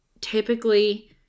typically